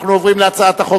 הצעת החוק